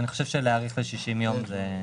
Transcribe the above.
אני חושב שלהאריך ל-60 ימים זה סביר.